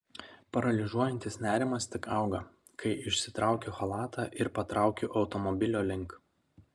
paralyžiuojantis nerimas tik auga kai išsitraukiu chalatą ir patraukiu automobilio link